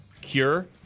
cure